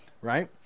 Right